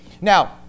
Now